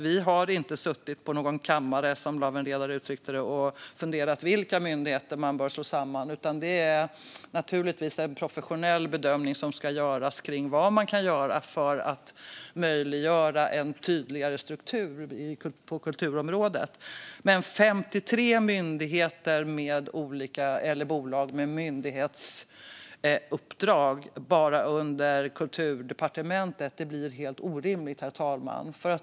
Vi har inte suttit på någon kammare och funderat på vilka myndigheter man bör slå samman, utan det ska naturligtvis göras en professionell bedömning av vad man kan göra för att möjliggöra en tydligare struktur på kulturområdet. Men 53 myndigheter eller bolag med myndighetsuppdrag bara under Kulturdepartementet blir helt orimligt, herr talman.